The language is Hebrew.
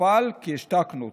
הוכפל כי השתקנו אותו,